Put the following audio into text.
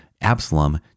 Absalom